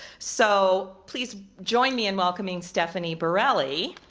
so, please join me in welcoming stephenee birelli.